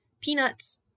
Peanuts